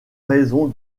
raison